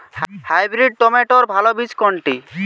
Hybrid টমেটোর ভালো বীজ কোনটি?